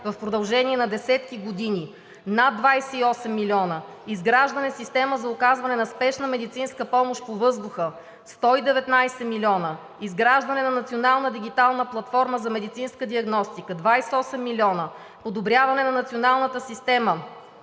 в продължение на десетки години – над 28 милиона; изграждане система за оказване на Спешна медицинска помощ по въздуха – 119 милиона; изграждане на Национална дигитална платформа за медицинска диагностика – 28 милиона; подобряване на Националната система;